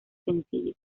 sencillo